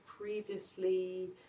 previously